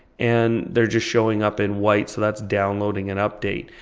and they're just showing up in white, so that's downloading an update.